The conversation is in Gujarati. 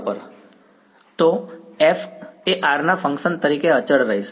વિદ્યાર્થી તો F એ r ના ફંક્શન તરીકે અચળ રહેશે